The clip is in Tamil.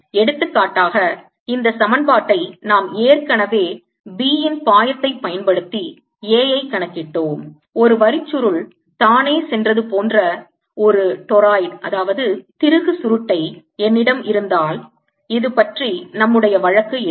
எடுத்துக்காட்டாக இந்த சமன்பாட்டை நாம் ஏற்கனவே B இன் பாயத்தைப் பயன்படுத்தி A ஐ கணக்கிட்டோம் ஒரு வரிச்சுருள் தானே சென்றது போன்ற ஒரு டோராய்ட் திருகுசுருட்டை என்னிடம் இருந்தால் இது பற்றி நம்முடைய வழக்கு இருக்கும்